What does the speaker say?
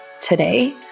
today